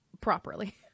properly